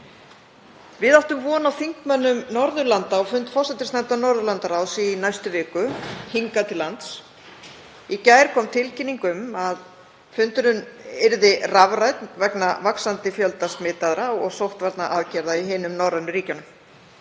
Við áttum von á þingmönnum Norðurlanda á fund forsætisnefndar Norðurlandaráðs í næstu viku hingað til lands. Í gær kom tilkynning um að fundurinn yrði rafrænn vegna vaxandi fjölda smitaðra og sóttvarnaaðgerða í hinum norrænu ríkjunum.